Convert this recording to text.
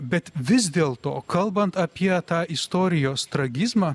bet vis dėl to kalbant apie tą istorijos tragizmą